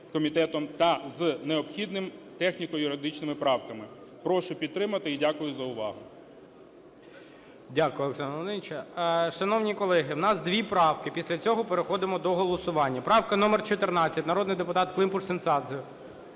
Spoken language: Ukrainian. та необхідними техніко-юридичними правками. Прошу підтримати і дякую за увагу.